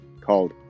called